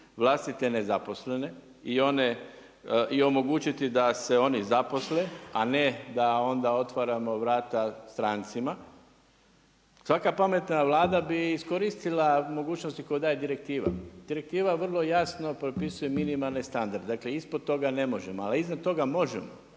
vlastite nezaposlene i omogućiti da se oni zaposle, a ne da onda otvaramo vrata strancima, svaka pametna Vlada bi iskoristila mogućnosti kao da je direktiva. Direktiva vrlo jasno propisuje minimalne standarde, dakle ispod toga ne možemo ali iznad toga možemo.